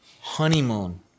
honeymoon